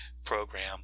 program